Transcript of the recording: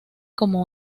como